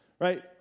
right